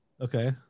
okay